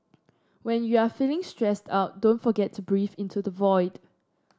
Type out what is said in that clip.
when you are feeling stressed out don't forget to breathe into the void